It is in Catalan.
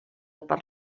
per